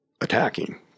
attacking